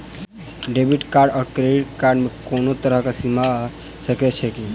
Credit card आओर debit card मे कोनो तरहक सीमा सेहो छैक की?